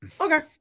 okay